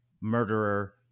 murderer